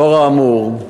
לאור האמור,